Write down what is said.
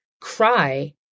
Cry